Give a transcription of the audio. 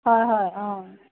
হয় হয় অঁ